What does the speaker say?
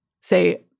say